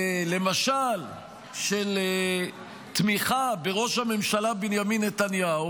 למשל של תמיכה בראש הממשלה בנימין נתניהו